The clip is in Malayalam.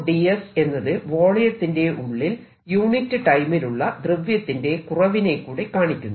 ds എന്നത് വോളിയത്തിന്റെ ഉള്ളിൽ യൂണിറ്റ് ടൈമിലുള്ള ദ്രവ്യത്തിന്റെ കുറവിനെകൂടി കാണിക്കുന്നു